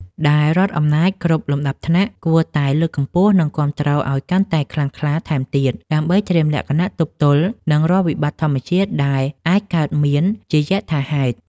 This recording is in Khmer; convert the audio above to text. ដែលរដ្ឋអំណាចគ្រប់លំដាប់ថ្នាក់គួរតែលើកកម្ពស់ និងគាំទ្រឱ្យកាន់តែខ្លាំងក្លាថែមទៀត ដើម្បីត្រៀមលក្ខណៈទប់ទល់នឹងរាល់វិបត្តិធម្មជាតិដែលអាចកើតមានជាយថាហេតុ។